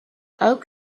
oak